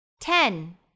Ten